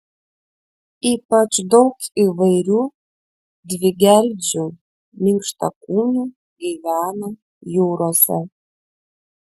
ypač daug įvairių dvigeldžių minkštakūnių gyvena jūrose